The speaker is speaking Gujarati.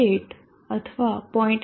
8 અથવા 0